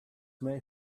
may